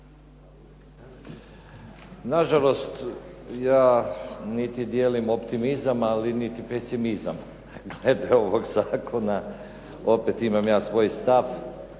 Nažalost, ja niti dijelim optimizam ali niti pesimizam eto, ovog zakona, opet imam ja svoj stav.